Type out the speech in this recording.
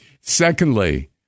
Secondly